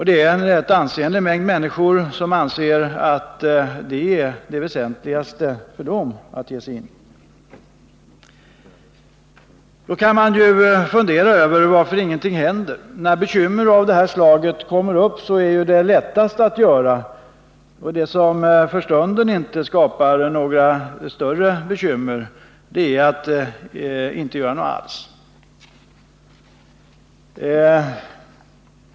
Det är en ansenlig mängd människor som anser att det är det väsentligaste för dem. Man kan ju fundera över varför ingenting händer. Med bekymmer av detta slag är det lättast och för stunden bekvämast att inte göra någonting alls.